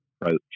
approach